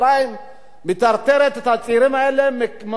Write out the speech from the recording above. מטרטרת את הצעירים האלה מהמקום שבו,